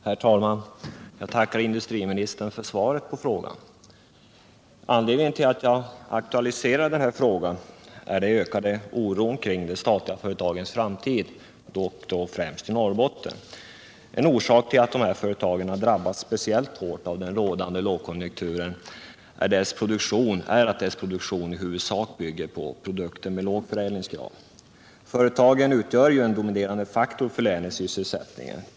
Herr talman! Jag tackar industriministern för svaret på frågan. Anledningen till att jag aktualiserat den här frågan är den ökade oron kring de statliga företagens framtid, främst i Norrbotten. En orsak till att dessa företag drabbas speciellt hårt av den rådande lågkonjunkturen är att deras produktion i huvudsak bygger på produkter med låg förädlingsgrad. De statliga företagen utgör en dominerande faktor för länets sysselsättning.